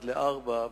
אחד לארבעה,